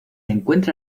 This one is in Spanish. encuentra